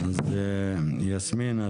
יסמין,